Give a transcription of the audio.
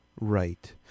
Right